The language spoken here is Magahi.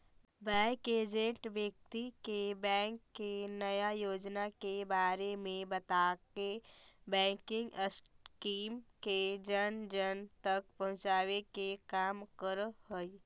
बैंक एजेंट व्यक्ति के बैंक के नया योजना के बारे में बताके बैंकिंग स्कीम के जन जन तक पहुंचावे के काम करऽ हइ